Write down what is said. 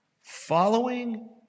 Following